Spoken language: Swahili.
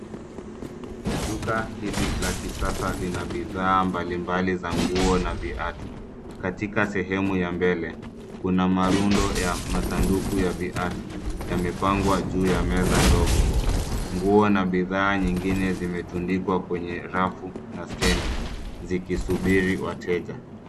Duka hili la kisasa lina bidhaa mbalimbali za nguo na viatu. Katika sehemu ya mbele kuna marundo ya masanduku ya viatu yamepangwa juu ya meza ndogo. Nguo na bidhaa nyingine zimetundikwa kwenye rafu na stedi zikisubiri wateja.